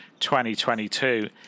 2022